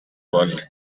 world